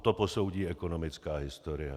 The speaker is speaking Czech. To posoudí ekonomická historie.